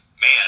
man